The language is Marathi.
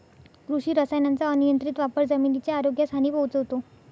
कृषी रसायनांचा अनियंत्रित वापर जमिनीच्या आरोग्यास हानी पोहोचवतो